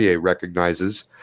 recognizes